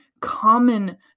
common